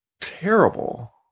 Terrible